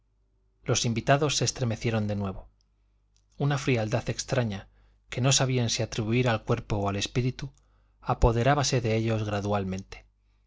los invitados se estremecieron de nuevo una frialdad extraña que no sabían si atribuir al cuerpo o al espíritu apoderábase de ellos gradualmente